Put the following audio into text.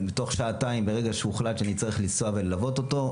תוך שעתיים ברגע שהוחלט שאני צריך לנסוע וללוות אותו,